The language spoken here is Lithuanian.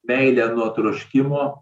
meilę nuo troškimo